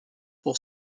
pour